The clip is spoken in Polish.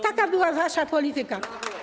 Taka była wasza polityka.